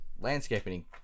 landscaping